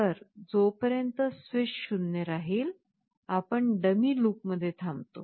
तर जोपर्यंत स्विच 0 राहील आपण डमी लूपमध्ये थांबतो